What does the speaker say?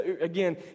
Again